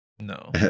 No